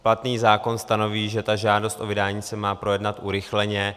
Platný zákon stanoví, že ta žádost o vydání se má projednat urychleně.